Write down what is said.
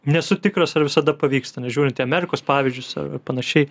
nesu tikras ar visada pavyksta nes žiūrint į amerikos pavyzdžius ar panašiai